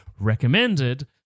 Recommended